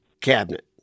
cabinet